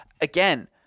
again